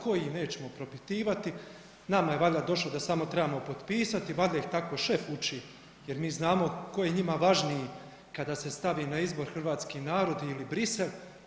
Koji nećemo propitivati, nama je valjda samo došlo da samo trebamo potpisati, valjda ih tako šef uči jer mi znamo tko je njima važniji kada se stavi na izbor hrvatski narod ili Bruxelles.